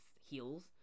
heels